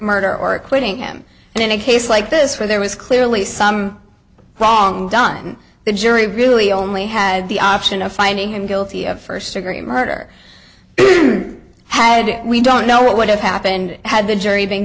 murder or equating him and in a case like this where there was clearly some wrong done the jury really only had the option of finding him guilty of first degree murder had we don't know what would have happened had the jury be